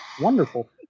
Wonderful